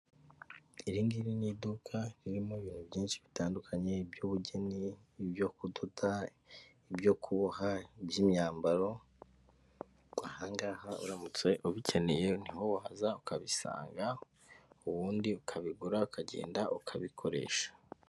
Iringiri ni iduka ririmo ibintu byinshi bitandukanye iby'ubugeni, ibyo kudoda, ibyo kuboha, iby'imyambaro, ahangaha uramutse ubikeneye niho waza ukabisanga, ubundi ukabigura, ukagenda ukabikoresha.